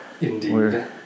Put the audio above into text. Indeed